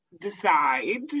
decide